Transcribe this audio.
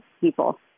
people